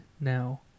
now